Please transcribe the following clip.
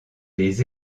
des